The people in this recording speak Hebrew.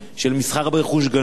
של מסחר ברכוש גנוב,